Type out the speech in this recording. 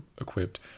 equipped